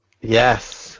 Yes